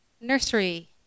nursery